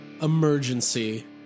emergency